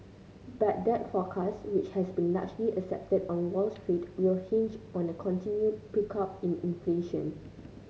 but that forecast which has been largely accepted on Wall Street will hinge on a continued pickup in inflation